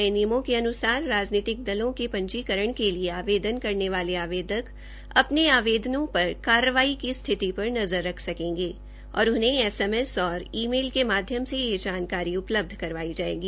नये नियम के अन्सार राजनीतिक दलों के पंजीकरण के लिए आवेदन करने आवेदक अपने आवेदकों पर कार्रवाई की स्थिति पर नज़र रख सकेंगे और उन्हें एसएमएस और ई मेल से यह जानकारी उपलब्ध करवाई जायेगी